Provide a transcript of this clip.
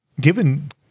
Given